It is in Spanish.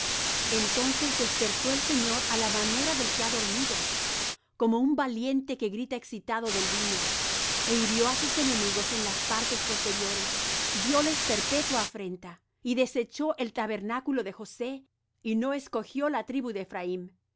entonces despertó el señor á la manera del que ha dormido como un valiente que grita excitado del vino e hirió á sus enemigos en las partes posteriores dióles perpetua afrenta y desechó el tabernáculo de josé y no escogió la tribu de